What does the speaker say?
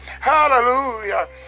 Hallelujah